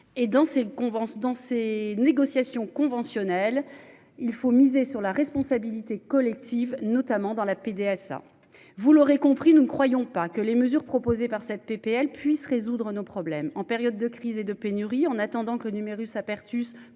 dans ces négociations conventionnelles. Il faut miser sur la responsabilité collective, notamment dans la PDSA. Vous l'aurez compris, nous ne croyons pas que les mesures proposées par cette PPL puisse résoudre nos problèmes en période de crise et de pénurie en attendant que le numerus apertus